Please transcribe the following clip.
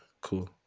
cool